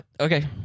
Okay